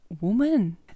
woman